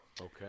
Okay